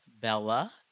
Bella